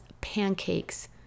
pancakes